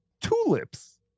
Tulips